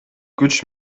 күч